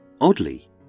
Oddly